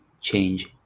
change